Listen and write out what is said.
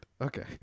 Okay